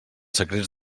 secrets